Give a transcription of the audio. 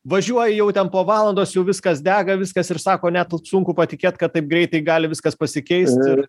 važiuoji jau ten po valandos jau viskas dega viskas ir sako net sunku patikėt kad taip greitai gali viskas pasikeist